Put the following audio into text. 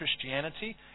Christianity